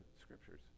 scriptures